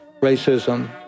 Racism